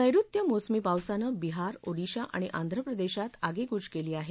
नैऋत्य मोसमी पावसानं बिहार ओडिशा आणि आंध्र प्रदेशात आगेकूच केली आहे